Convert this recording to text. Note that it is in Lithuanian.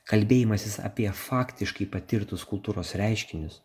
kalbėjimasis apie faktiškai patirtus kultūros reiškinius